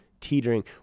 teetering